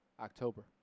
October